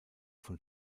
von